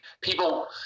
People